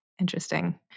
Interesting